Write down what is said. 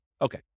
Okay